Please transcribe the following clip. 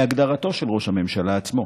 כהגדרתו של ראש הממשלה עצמו.